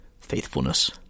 Faithfulness